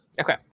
Okay